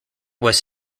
was